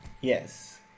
Yes